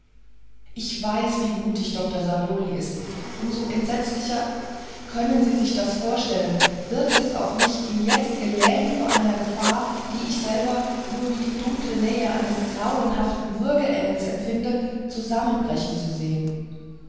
ich weiß wie mutig dr savioli ist um so entsetzlicher können sie sich das vorstellen wirkt es auf mich ihn jetzt gelähmt vor einer gefahr die ich selbst nur wie die dunkle nähe eines grauenhaften würgengels empfinde zusammengebrochen zu sehen